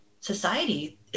society